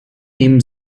ihm